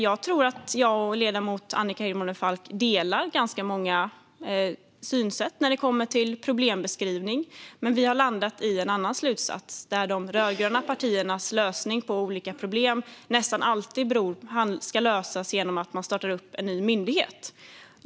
Jag tror att jag och ledamoten Annika Hirvonen Falk delar ganska många synsätt när det kommer till problembeskrivningen. Men vi har landat i en annan slutsats där de rödgröna partiernas lösning på olika problem nästan alltid består i att man startar en ny myndighet.